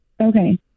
Okay